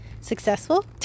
successful